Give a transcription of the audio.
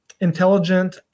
intelligent